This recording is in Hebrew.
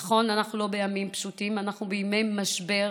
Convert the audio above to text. נכון, אנחנו לא בימים פשוטים, אנחנו בימי משבר,